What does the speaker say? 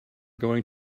going